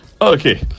okay